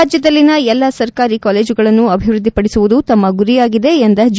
ರಾಜ್ಕದಲ್ಲಿನ ಎಲ್ಲಾ ಸರ್ಕಾರಿ ಕಾಲೇಜುಗಳನ್ನು ಅಭಿವೃದ್ಧಿಪಡಿಸುವುದು ತಮ್ಮ ಗುರಿಯಾಗಿದೆ ಎಂದ ಜಿ